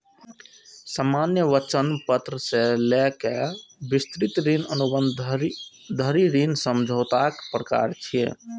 सामान्य वचन पत्र सं लए कए विस्तृत ऋण अनुबंध धरि ऋण समझौताक प्रकार छियै